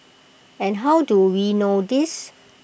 and how do we know this